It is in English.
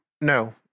no